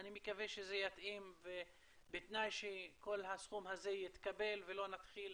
אני מקווה שזה יתאים ובתנאי שכל הסכום הזה יתקבל ולא נתחיל